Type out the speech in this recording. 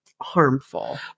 harmful